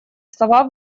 слова